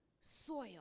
soil